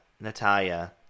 Natalia